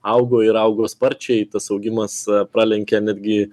augo ir augo sparčiai tas augimas pralenkia netgi